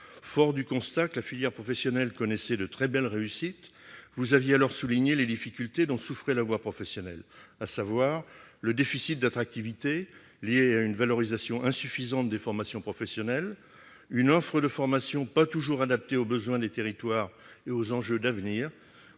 Fort du constat que la filière professionnelle connaissait de très belles réussites, vous aviez alors souligné les difficultés dont souffrait la voie professionnelle : un déficit d'attractivité lié à une valorisation insuffisante des formations professionnelles ; une offre de formation pas toujours adaptée aux besoins des territoires et aux enjeux d'avenir